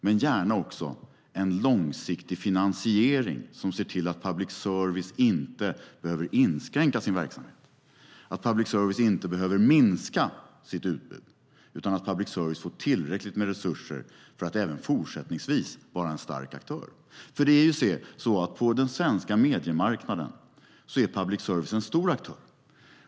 Men jag ser gärna också en långsiktig finansiering som innebär att public service inte behöver inskränka sin verksamhet och att public service inte behöver minska sitt utbud utan att public service får tillräckligt med resurser för att även fortsättningsvis vara en stark aktör. På den svenska mediemarknaden är public service en stor aktör.